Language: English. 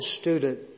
student